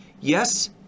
Yes